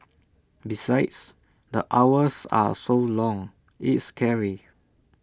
besides the hours are so long it's scary